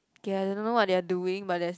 okay I don't know what they doing but there's